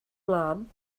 ymlaen